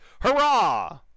Hurrah